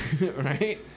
right